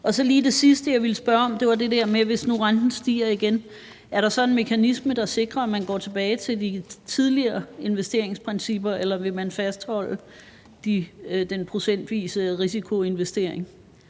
er. Så lige til det sidste, jeg vil spørge om: Det var det der med, at hvis nu renten stiger igen, er der så en mekanisme, der sikrer, at man går tilbage til de tidligere investeringsprincipper, eller vil man fastholde den procentvise risikoinvestering